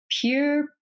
pure